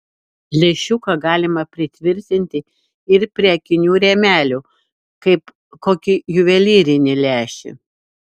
lęšiuką galima pritvirtinti ir prie akinių rėmelių kaip kokį juvelyrinį lęšį